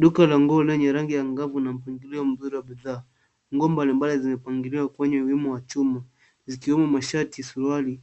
Duka la nguo na rangi ya ngavu na mpangilio mzuri wa bidhaa nguo mbalimbali zimepangiliwa kwenye rimu wa chuma zikiwemo masharti suruali,